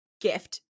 gift